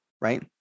right